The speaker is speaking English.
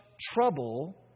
trouble